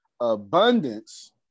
Abundance